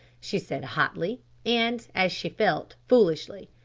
she said hotly and, as she felt, foolishly.